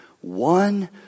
One